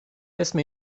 اسم